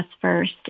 first